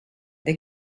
they